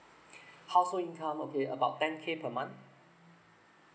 household income okay about ten K per month